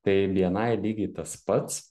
tai bni lygiai tas pats